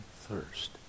thirst